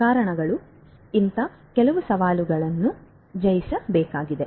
ಆದ್ದರಿಂದ ಈ ಕೆಲವು ಸವಾಲುಗಳನ್ನು ಜಯಿಸಬೇಕಾಗಿದೆ